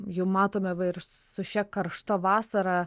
jau matome va ir su šia karšta vasara